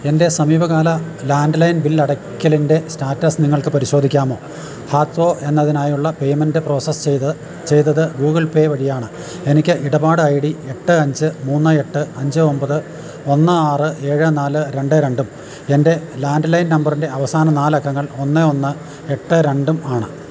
എൻ്റെ സമീപകാല landline ബില്ലടയ്ക്കലിൻ്റെ സ്റ്റാറ്റസ് നിങ്ങൾക്ക് പരിശോധിക്കാമോ ഭാത്രോ എന്നതിനായുള്ള പേയ്മെന്റ് പ്രോസസ് ചെയ്തത് ഗൂഗിൾ പേ വഴിയാണ് എനിക്ക് ഇടപാട് ഐ ഡി എട്ട് അഞ്ച് മൂന്ന് എട്ട് അഞ്ച് ഒമ്പത് ഒന്ന് ആറ് ഏഴ് നാല് രണ്ട് രണ്ടും എൻ്റെ ലാൻഡ് ലൈൻ നമ്പറിൻ്റെ അവസാന നാലക്കങ്ങൾ ഒന്ന് ഒന്ന് എട്ട് രണ്ടുമാണ്